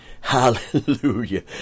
Hallelujah